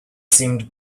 seemed